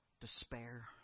despair